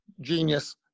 Genius